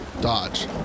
Dodge